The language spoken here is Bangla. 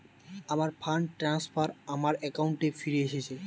আমার ফান্ড ট্রান্সফার আমার অ্যাকাউন্টে ফিরে এসেছে